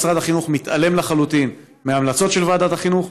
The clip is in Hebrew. משרד החינוך מתעלם לחלוטין מההמלצות של ועדת החינוך,